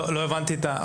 אנחנו מכירים את זה.